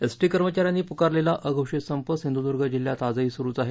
S T कर्मचाऱ्यानी पुकारलेला अघोषित संप सिंधुदुर्ग जिल्ह्यात आजही सुरूच आहे